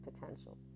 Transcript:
potential